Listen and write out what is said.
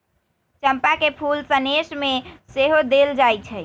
चंपा के फूल सनेश में सेहो देल जाइ छइ